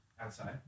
Outside